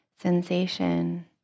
sensation